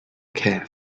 care